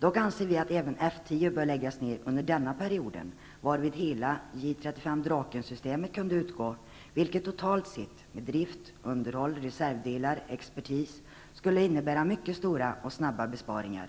Dock anser vi att även F 10 bör läggas ned under denna period, varvid hela J 35 Draken-systemet kunde utgå, vilket totalt sett -- med drift, underhåll, reservdelar, expertis -- skulle innebära mycket stora och snabba besparingar.